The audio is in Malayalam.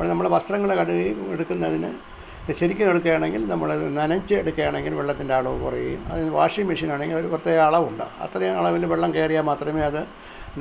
അപ്പോൾ നമ്മൾ വസ്ത്രങ്ങൾ കഴുകുകയും എടുക്കുന്നതിനു ശരിക്കും എടുക്കുകയാണെങ്കിൽ നമ്മളത് നനച്ചെടുക്കുകയാണെങ്കിൽ വെള്ളത്തിന്റെ അളവ് കുറയുകയും അതിനി വാഷിങ് മെഷീനാണെങ്കിൽ അതിനു പ്രത്യേക അളവുണ്ട് അത്രയും അളവിൽ വെള്ളം കയറിയാൽ മാത്രമേ അത്